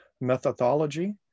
methodology